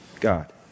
God